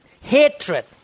Hatred